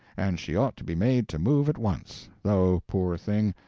and she ought to be made to move at once though, poor thing,